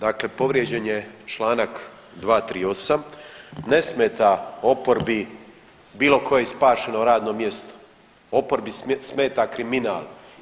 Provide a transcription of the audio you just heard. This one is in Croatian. Dakle, povrijeđen je čl. 238., ne smeta oporbi bilo koje spašeno radno mjesto, oporbi smeta kriminal.